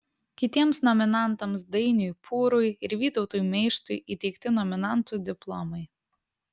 kitiems nominantams dainiui pūrui ir vytautui meištui įteikti nominantų diplomai